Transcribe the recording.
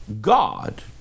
God